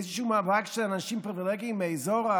איזשהו מאבק של אנשים פריבילגיים מהאזור,